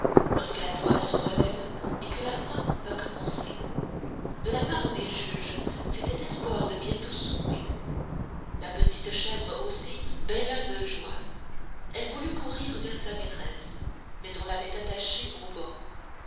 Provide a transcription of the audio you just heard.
lorsque la toile se relève et que la fin va commencer de la part des juges c'était espoir de bientôt souper la petite chèvre aussi bêla de joie elle voulut courir vers sa maîtresse mais on l'avait attachée au banc